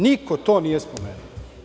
Niko to nije spomenuo.